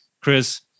Chris